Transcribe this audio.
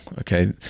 Okay